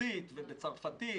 ברוסית ובצרפתית.